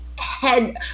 Head